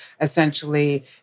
essentially